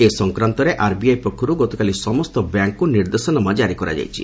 ଏ ସଂକ୍ରାନ୍ତରେ ଆର୍ବିଆଇ ପକ୍ଷରୁ ଗତକାଲି ସମସ୍ତ ବ୍ୟାଙ୍କକୁ ନିର୍ଦ୍ଦେଶନାମା ଜାରୀ କରାଯାଇଛି